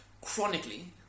chronically